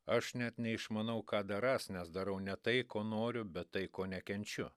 aš net neišmanau ką darąs nes darau ne tai ko noriu bet tai ko nekenčiu